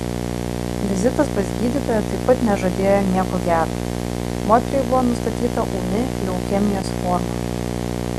vizitas pas gydytoją taip pat nežadėjo nieko gero moteriai buvo nustatyta ūmi leukemijos forma